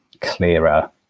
clearer